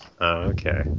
okay